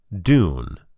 Dune